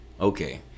Okay